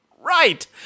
right